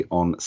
on